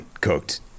cooked